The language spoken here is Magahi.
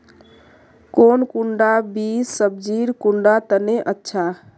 कौन कुंडा बीस सब्जिर कुंडा तने अच्छा?